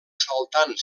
saltant